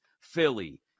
Philly